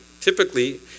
typically